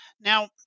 Now